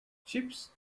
chips